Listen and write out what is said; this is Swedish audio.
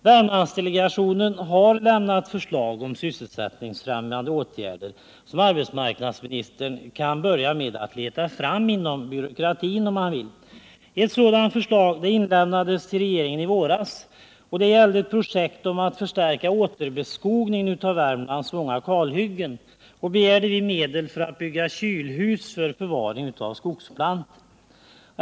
Värmlandsdelegationen har lämnat förslag om sysselsättningsfrämjande åtgärder, som arbetsmarknadsministern kan börja med att leta fram inom byråkratin, om han vill. Ett sådant förslag inlämnades till regeringen i våras. Det gällde ett projekt till förstärkt återbeskogning av Värmlands många kalhyggen. Vi begärde medel för att bygga kylhus för förvaring av skogsplantor.